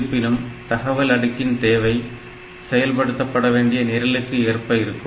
இருப்பினும் தகவல் அடுக்கின் தேவை செயல்படுத்தப்பட வேண்டிய நிரலுக்கு ஏற்ப இருக்கும்